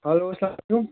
hello